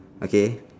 okay